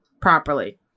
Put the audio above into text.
properly